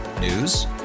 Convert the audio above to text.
News